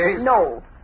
No